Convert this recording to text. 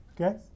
Okay